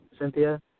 Cynthia